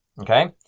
Okay